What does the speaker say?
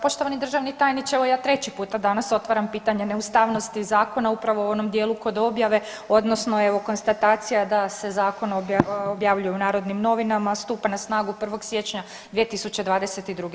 Poštovani državni tajniče, evo ja treći puta danas otvaram pitanje neustavnosti Zakona upravo u onom dijelu kod objave, odnosno evo, konstatacija da se Zakon objavljuje u Narodnim novinama, stupa na snagu 1. siječnja 2022.